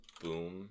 Boom